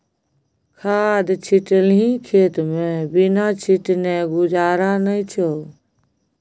खाद छिटलही खेतमे बिना छीटने गुजारा नै छौ